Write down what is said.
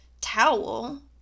towel